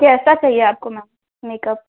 तो ऐसा चाहिए आपको मेकअप